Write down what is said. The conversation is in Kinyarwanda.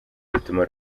bituma